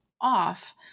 off